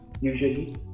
Usually